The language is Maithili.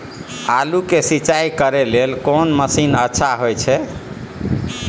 आलू के सिंचाई करे लेल कोन मसीन अच्छा होय छै?